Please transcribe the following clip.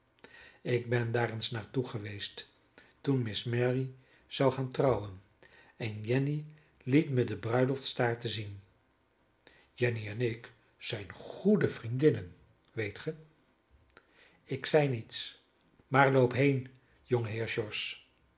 ik ben daar eens naar toe geweest toen miss mary zou gaan trouwen en jenny liet me de bruiloftstaarten zien jenny en ik zijn goede vriendinnen weet ge ik zei niets maar loop heen